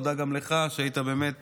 תודה גם לך שהיית באמת